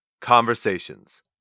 Conversations